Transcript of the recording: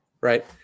Right